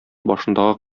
башындагы